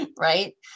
Right